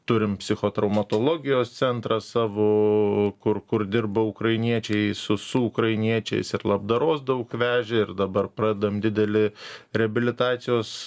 turim psichotraumatologijos centrą savo kur kur dirba ukrainiečiai su su ukrainiečiais ir labdaros daug vežė ir dabar pradedam didelį reabilitacijos